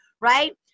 right